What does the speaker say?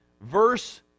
verse